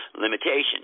Limitation